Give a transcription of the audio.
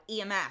EMS